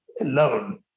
alone